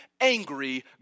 angry